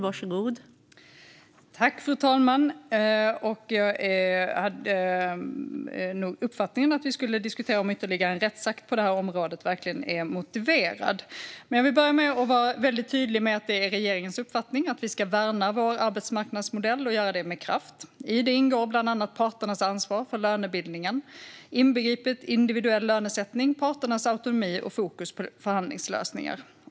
Fru talman! Jag hade nog uppfattningen att vi skulle diskutera om ytterligare en rättsakt på detta område verkligen är motiverad. Men jag vill börja med att vara väldigt tydlig med att det är regeringens uppfattning att vi ska värna vår arbetsmarknadsmodell och göra det med kraft. I detta ingår bland annat parternas ansvar för lönebildningen, inbegripet individuell lönesättning, parternas autonomi och fokus på förhandlingslösningar.